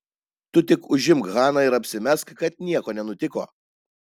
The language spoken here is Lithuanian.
tu tik užimk haną ir apsimesk kad nieko nenutiko